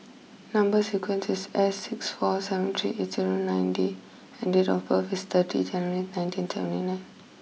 number sequence is S six four seven three eight zero nine D and date of birth is thirty January nineteen seventy nine